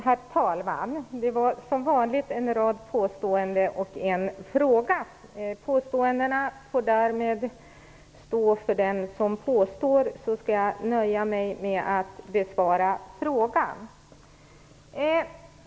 Herr talman! Som vanligt en rad påståenden och en fråga. Påståendena får stå för den som gör dem. Jag nöjer mig med att besvara frågan.